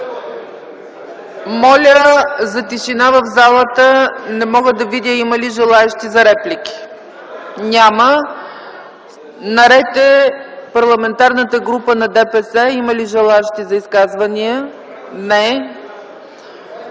Моля за тишина в залата! Не мога да видя има ли желаещи за реплики? Няма. Наред е Парламентарната група на ДПС. Има ли желаещи за изказвания? Не.